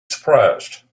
surprised